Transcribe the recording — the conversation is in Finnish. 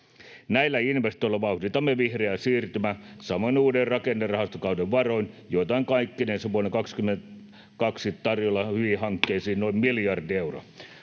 Näillä investoinneilla vauhditamme vihreää siirtymää, samoin uuden rakennerahastokauden varoin, joita on kaikkinensa vuonna 22 tarjolla hyviin hankkeisiin noin miljardi euroa.